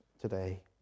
today